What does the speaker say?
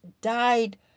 died